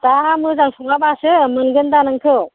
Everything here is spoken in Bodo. दा मोजां सङाबासो मोनगोन दा नोंखौ